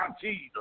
Jesus